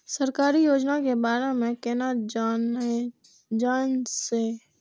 सरकारी योजना के बारे में केना जान से?